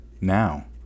now